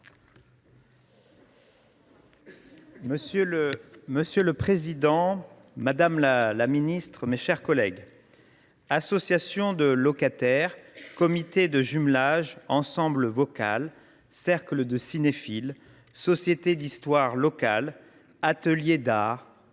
Monsieur le président, madame la ministre, mes chers collègues, associations de locataires, comités de jumelage, ensembles vocaux, cercles de cinéphiles, sociétés d’histoire locale, ateliers d’art,